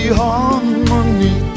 harmony